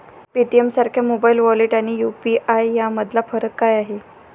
पेटीएमसारख्या mobile wallet आणि UPI यामधला फरक काय आहे?